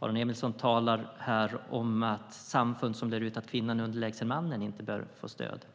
Aron Emilsson talade om att samfund som lär ut att kvinnan är underlägsen mannen inte bör få stöd.